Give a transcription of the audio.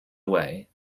away